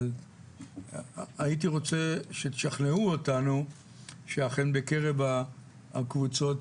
אבל הייתי רוצה שתשכנעו אותנו שאכן בקרב הקבוצות